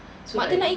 so like